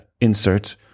insert